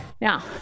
Now